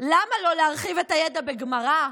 לו להרחיב את הידע בגמרא,